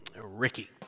Ricky